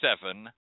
seven